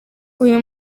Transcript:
uyu